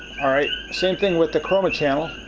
alright, same thing with the chroma channel.